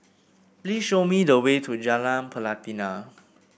please show me the way to Jalan Pelatina